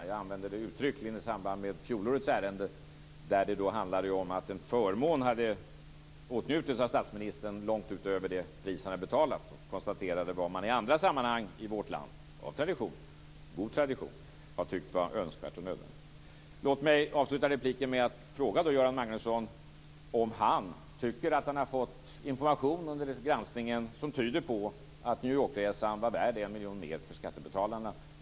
Jag använde det uttryckligen i samband med fjolårets ärende där det handlade om att en förmån hade åtnjutits av statsministern långt utöver det pris han hade betalat. Jag konstaterade vad man i andra sammanhang i vårt land av god tradition har tyckt vara önskvärt och nödvändigt. Låt mig avsluta repliken med att fråga Göran Magnusson om han tycker att han har fått informationer under granskningen som tyder på att New Yorkresan var värd 1 miljon mer för skattebetalarna.